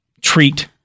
treat